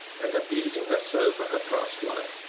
and abusing her so for her past life,